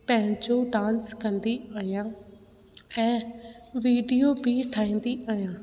पंहिंजो डांस कंदी आहियां ऐं वीडियो बि ठाहींदी आहियां